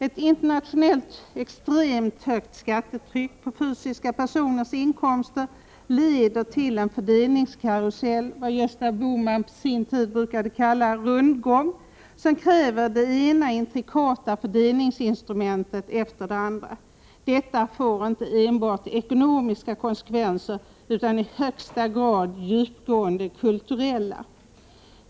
Ett internationellt extremt högt skattetryck på fysiska personers inkomster leder till en fördelningskarusell, som Gösta Bohman brukade kalla rundgång och som kräver det ena intrikata fördelningsinstrumentet efter det andra. Detta får inte enbart ekonomiska konsekvenser utan i högsta grad djupgående kulturella.